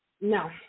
No